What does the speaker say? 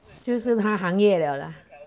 就是他行业了啦